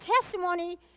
testimony